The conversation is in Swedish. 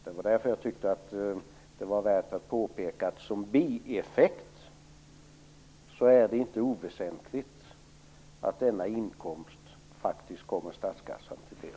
Det var därför som jag tyckte att det var värt att påpeka att det som bieffekt inte är oväsentligt att denna inkomst kommer statskassan till del.